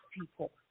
people